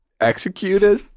executed